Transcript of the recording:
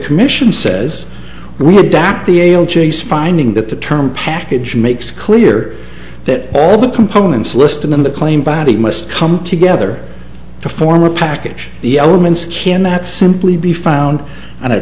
commission says we adapt the ale chase finding that the term package makes clear that all the components listed in the claim body must come together to form a package the elements cannot simply be found